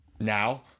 Now